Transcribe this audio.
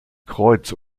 kreuz